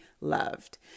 loved